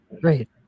great